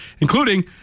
including